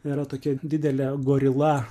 yra tokia didelė gorila